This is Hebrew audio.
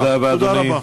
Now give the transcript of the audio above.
תודה רבה.